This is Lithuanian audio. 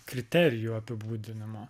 kriterijų apibūdinimo